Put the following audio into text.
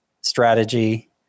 strategy